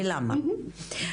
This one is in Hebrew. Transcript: ולמה.